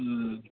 ওম